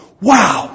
Wow